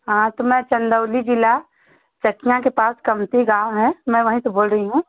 हाँ तो मैं चंदौली ज़िला चतना के पास कमती गाँव है मैं वहीं से बोल रही हूँ